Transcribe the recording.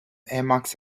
emacs